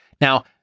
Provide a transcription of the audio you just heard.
Now